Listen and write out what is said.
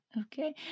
Okay